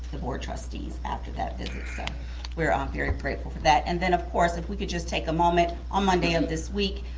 the board trustees after that visit. so we're um very grateful for that. and then of course, if we could just take a moment, on monday of this week,